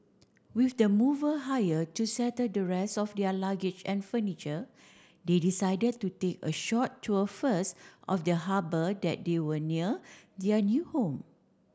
with the mover hired to settle the rest of their luggage and furniture they decided to take a short tour first of the harbour that they were near their new home